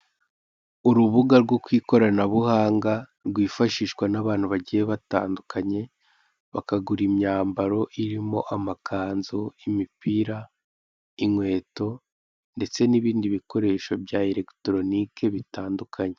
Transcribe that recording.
Urubuga rwo ku ikoranabuhanga rwifashishwa n'abantu bagiye batandukanye bakagura imyambara irimo; amakanzu, imipira, inkweto, ndetse n'ibindi bikoresho bya elekitoronike bitandukanye.